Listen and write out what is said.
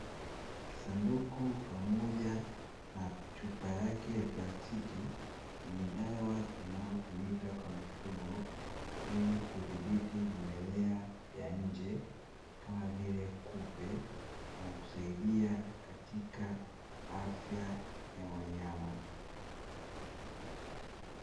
Kisanduku pamoja na chupa yake ya plastiki yenye dawa, inayotumika kwa mifugo ili kudhibiti vimelea vya nje kama vile kupe na kusaidia katika afya ya wanyama.